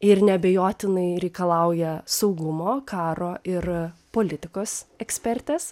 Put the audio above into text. ir neabejotinai reikalauja saugumo karo ir politikos ekspertės